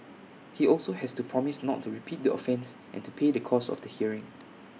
he also has to promise not to repeat the offence and to pay the cost of the hearing